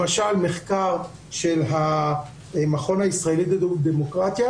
למשל, מחקר של המכון הישראלי לדמוקרטיה,